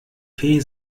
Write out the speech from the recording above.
fee